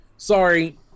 Sorry